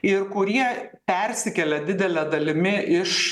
ir kurie persikelia didele dalimi iš